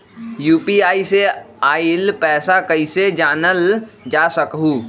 UPI से आईल पैसा कईसे जानल जा सकहु?